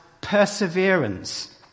perseverance